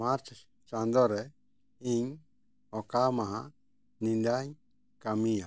ᱢᱟᱨᱪ ᱪᱟᱸᱫᱚ ᱨᱮ ᱤᱧ ᱚᱠᱟ ᱢᱟᱦᱟ ᱧᱤᱫᱟᱹᱧ ᱠᱟᱹᱢᱤᱭᱟ